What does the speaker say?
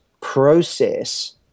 process